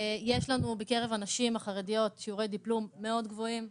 יש לנו בקרב הנשים החרדיות שיעורי דיפלום מאוד גבוהים,